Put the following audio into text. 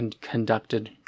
conducted